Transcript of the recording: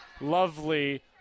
lovely